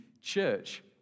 Church